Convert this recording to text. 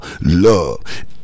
love